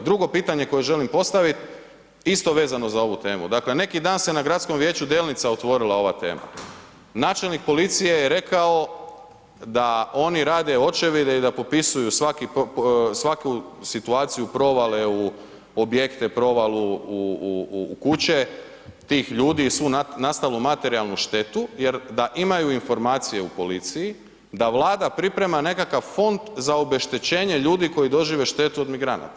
Drugo pitanje koje želim postavit, isto vezano za ovu temu, dakle neki dan se na Gradskom vijeću Delnica otvorila ova tema, načelnik policije je rekao da oni rade očevide i da popisuju svaki, svaku situaciju provale u objekte, provalu u kuće tih ljudi i svu nastalu materijalnu štetu jer da imaju informacije u policiji da Vlada priprema nekakav fond za obeštećenje ljudi koji dožive štetu od migranata.